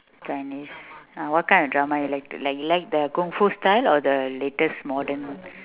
chinese ah what kind of drama you like to like you like the kungfu style or the latest modern